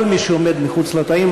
כל מי שעומד מחוץ לתאים,